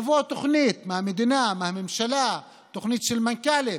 תבוא תוכנית מהמדינה, מהממשלה, תוכנית של מנכ"לים,